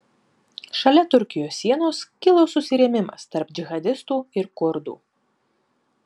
šalia turkijos sienos kilo susirėmimas tarp džihadistų ir kurdų